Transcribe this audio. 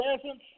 presence